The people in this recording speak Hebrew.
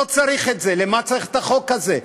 לא צריך את זה, למה צריך את החוק הזה?